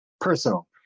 personal